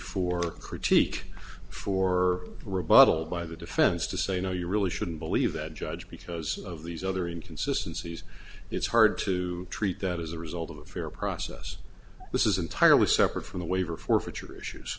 for critique for rebuttal by the defense to say you know you really shouldn't believe that judge because of these other in consistencies it's hard to treat that as a result of a fair process this is entirely separate from the waiver forfeiture issues